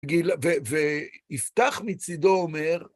גיל, ויפתח מצידו אומר,